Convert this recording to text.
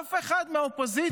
אף אחד מהאופוזיציה,